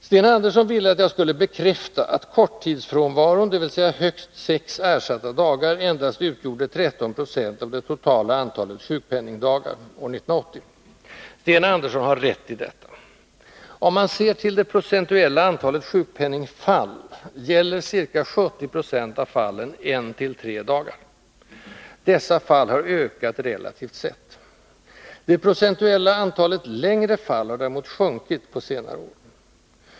Sten Andersson ville att jag skulle bekräfta att korttidsfrånvaron endast utgjorde 13 90 av det totala antalet sjukpenningdagar år 1980. Sten Andersson har rätt i detta. Om man ser till det procentuella antalet sjukpenningsfall, gäller ca 70 26 av fallen 1-3 dagar. Dessa fall har ökat relativt sett. Det procentuella antalet ”längre” fall har däremot sjunkit på senare år.